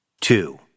Two